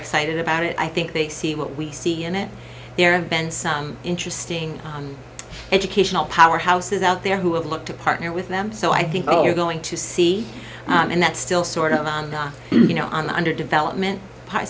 excited about it i think they see what we see in it there have been some interesting educational powerhouses out there who have looked to partner with them so i think oh you're going to see and that still sort of not you know on the under development hi